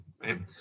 right